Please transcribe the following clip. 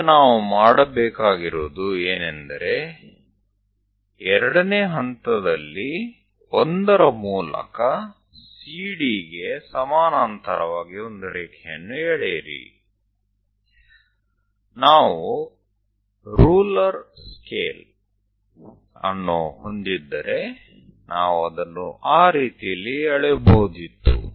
ಈಗ ನಾವು ಮಾಡಬೇಕಾಗಿರುವುದು ಏನೆಂದರೆ ಎರಡನೇ ಹಂತದಲ್ಲಿ 1 ರ ಮೂಲಕ CDಗೆ ಸಮಾನಾಂತರವಾಗಿ ಒಂದು ರೇಖೆಯನ್ನು ಎಳೆಯಿರಿ ನಾವು ರೂಲರ್ ಸ್ಕೇಲ್ ಅನ್ನು ಹೊಂದಿದ್ದರೆ ನಾವು ಅದನ್ನು ಆ ರೀತಿಯಲ್ಲಿ ಎಳೆಯಬಹುದಿತ್ತು